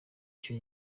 icyo